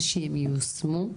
ושהם ייושמו.